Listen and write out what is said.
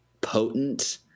potent